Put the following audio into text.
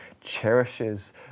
cherishes